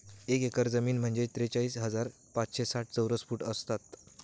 एक एकर जमीन म्हणजे त्रेचाळीस हजार पाचशे साठ चौरस फूट असतात